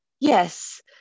Yes